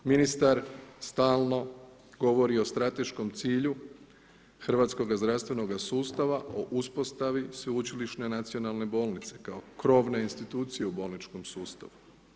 Ministar stalno govori o strateškom cilju hrvatskog zdravstvenoga sustava, o uspostavi sveučilišne nacionalne bolnice kao krovne institucije u bolničkom sustavu.